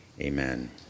Amen